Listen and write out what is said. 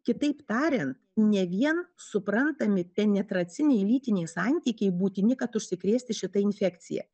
kitaip tariant ne vien suprantami penetraciniai lytiniai santykiai būtini kad užsikrėsti šita infekcija